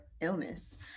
illness